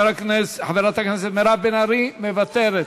חברת הכנסת מירב בן ארי, מוותרת,